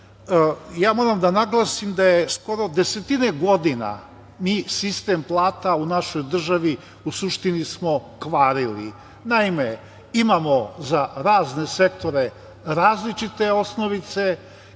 Moram da naglasim da skoro desetine godina mi sistem plata u našoj državi smo u suštini kvarili. Naime, imamo za razne sektore različite osnovice,